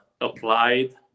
applied